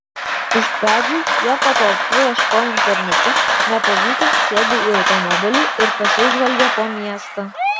iš pradžių jie patalpų ieškojo internete nepavykus sėdo į automobilį ir pasižvalgė po miestą